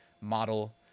model